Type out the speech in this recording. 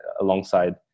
alongside